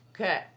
Okay